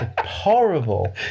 horrible